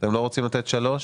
אתם לא רוצים לתת שלוש?